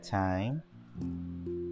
time